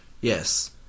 Yes